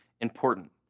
important